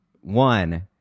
one